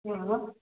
हा